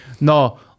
No